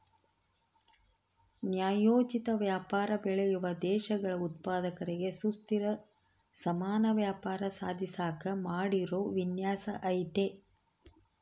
ನ್ಯಾಯೋಚಿತ ವ್ಯಾಪಾರ ಬೆಳೆಯುವ ದೇಶಗಳ ಉತ್ಪಾದಕರಿಗೆ ಸುಸ್ಥಿರ ಸಮಾನ ವ್ಯಾಪಾರ ಸಾಧಿಸಾಕ ಮಾಡಿರೋ ವಿನ್ಯಾಸ ಐತೆ